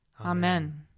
Amen